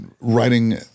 writing